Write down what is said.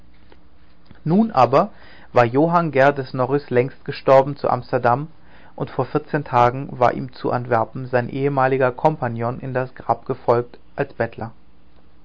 nun aber war johann geerdes norris längst gestorben zu amsterdam und vor vierzehn tagen war ihm zu antwerpen sein ehemaliger kompagnon in das grab gefolgt ein bettler